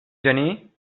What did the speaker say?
gener